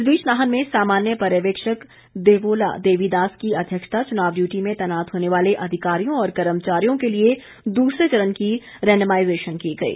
इस बीच नाहन में सामान्य पर्यवेक्षक देवोला देवी दास की अध्यक्षता चुनाव डियूटी में तैनात होने वाले अधिकारियों और कर्मचारियों के लिए दूसरे चरण की रेंडेमाईजेशन की गई